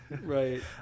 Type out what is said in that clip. right